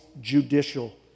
judicial